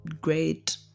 great